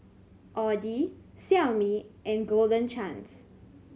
Audi Xiaomi and Golden Chance